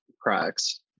cracks